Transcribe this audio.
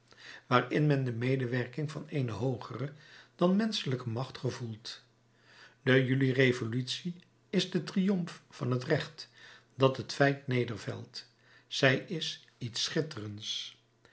waarin men de medewerking van eene hoogere dan menschelijke macht gevoelt de juli-revolutie is de triumf van het recht dat het feit nedervelt zij is iets schitterends